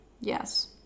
Yes